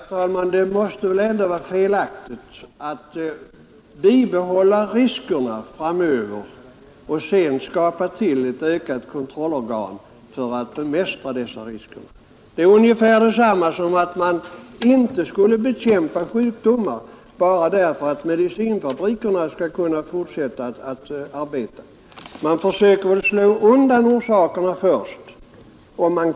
Herr talman! Det måste väl ändå vara felaktigt att först besluta bibehålla riskerna och sedan skapa ett kontrollorgan för att bemästra dem. Det vore som att avstå från att bekämpa sjukdomar för att läkemedelsfabrikerna skall kunna fortsätta sin verksamhet. Man försöker väl först undanröja orsakerna.